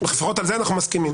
לפחות על זה אנחנו מסכימים.